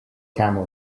camel